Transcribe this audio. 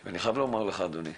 אני חייב לומר לך, אדוני,